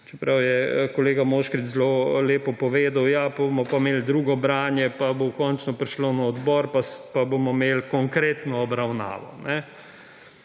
čeprav je kolega Moškrič zelo lepo povedal, ja, potem bomo pa imeli drugo branje pa bo končno prišlo na odbor pa bomo imeli konkretno obravnavo.